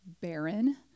barren